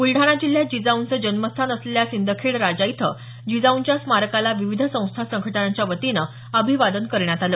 ब्लडाणा जिल्ह्यात जिजाऊंचं जन्मस्थान असलेल्या सिंदखेडराजा इथं जिजाऊंच्या स्मारकाला विविध संस्था संघटनांच्या वतीनं अभिवादन करण्यात आलं